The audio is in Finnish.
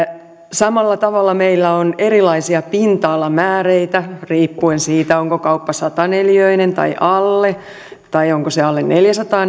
samalla tavalla meillä on erilaisia pinta alamääreitä riippuen siitä onko kauppa sata neliöinen tai alle tai onko se alle neljäsataa